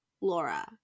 Laura